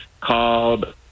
called